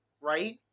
right